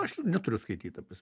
aš neturiu skaityt apie